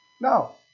No